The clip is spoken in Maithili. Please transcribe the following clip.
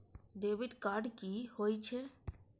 डेबिट कार्ड कि होई छै?